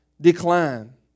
decline